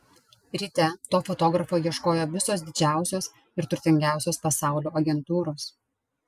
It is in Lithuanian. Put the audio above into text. ryte to fotografo ieškojo visos didžiausios ir turtingiausios pasaulio agentūros